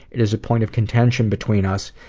it is a point of contention between us,